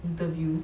interview